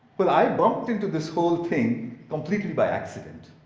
well, i bumped into this whole thing completely by accident.